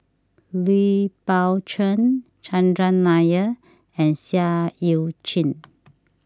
Lui Pao Chuen Chandran Nair and Seah Eu Chin